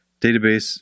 database